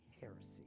heresy